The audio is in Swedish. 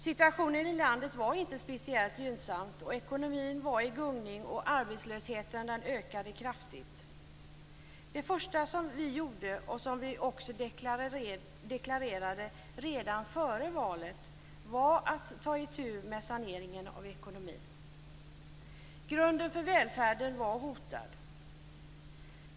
Situationen i landet var inte speciellt gynnsam, ekonomin var i gungning och arbetslösheten ökade kraftigt. Det första vi gjorde - och det deklarerade vi redan före valet att vi skulle göra - var att ta itu med saneringen av ekonomin. Grunden för välfärden var hotad.